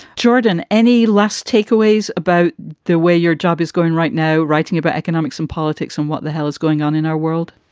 jordan, any less takeaways about the way your job is going right now, writing about economics and politics and what the hell is going on in our world?